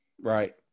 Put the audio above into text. Right